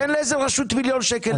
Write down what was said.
תן לאיזו רשות מיליון שקל,